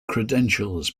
credentials